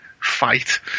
fight